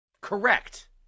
Correct